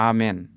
Amen